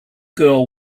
girl